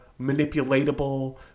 manipulatable